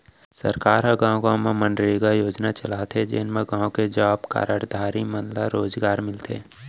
सरकार ह गाँव गाँव म मनरेगा योजना चलाथे जेन म गाँव के जॉब कारड धारी मन ल रोजगार मिलथे